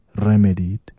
remedied